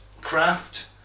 craft